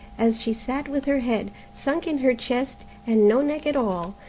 as she sat with her head sunk in her chest, and no neck at all,